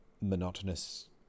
monotonous